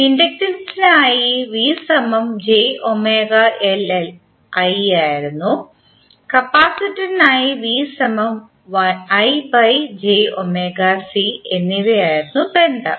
ഇൻഡക്റ്ററിനായി കപ്പാസിറ്ററിനായി എന്നിവയായിരുന്നു ബന്ധം